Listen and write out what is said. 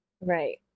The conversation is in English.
Right